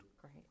great